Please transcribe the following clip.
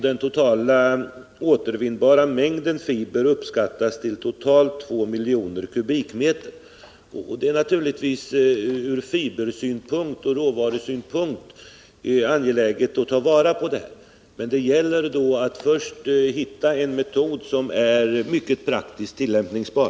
Den totala återvinnbara mängden fiber uppskattas till totalt 2 miljoner kubikmeter. Det är naturligtvis från råvarusynpunkt angeläget att ta vara på den. Men det gäller då att först hitta en metod som är praktiskt tillämpbar.